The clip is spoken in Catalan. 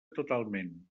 totalment